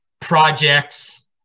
projects